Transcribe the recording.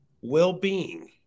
well-being